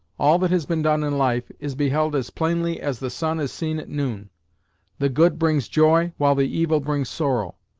all that has been done in life, is beheld as plainly as the sun is seen at noon the good brings joy, while the evil brings sorrow.